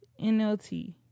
NLT